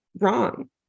wrong